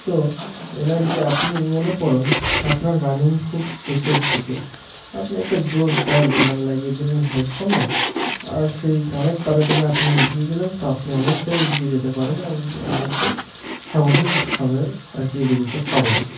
তো এনার যে আপনি মনে করেন আপনার রানিং খুব শেষের দিকে আপনি একটা জোরদার গান লাগিয়ে দিলেন হেডফোনে আর সেই গানের তালে তালে আপনি এগিয়ে গেলেন তো আপনি অনেকটাই এগিয়ে যেতে পারেন আর অনেকটাই স্বাভাবিকভাবে আর কি এগিয়ে যেতে পারেন